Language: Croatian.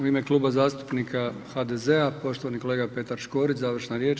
U ime Kluba zastupnika HDZ-a poštovani kolega Petar Škorić, završna riječ.